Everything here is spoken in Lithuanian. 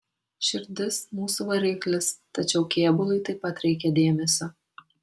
širdis mūsų variklis tačiau kėbului taip pat reikia dėmesio